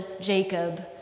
Jacob